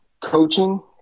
coaching